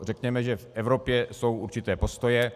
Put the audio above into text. Řekněme, že v Evropě jsou určité postoje.